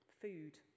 food